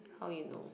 how you know